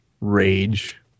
rage